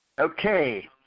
okay